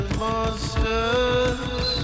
monsters